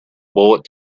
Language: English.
bullet